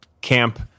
camp